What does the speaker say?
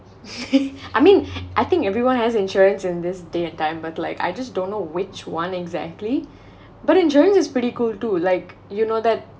I mean I think everyone has insurance in this day and time but like I just don't know which one exactly but insurance is pretty cool too like you know that